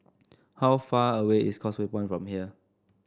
how far away is Causeway Point from here